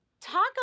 talk